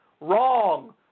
Wrong